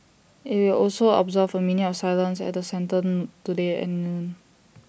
IT will also observe A minute of silence at the centre today at noon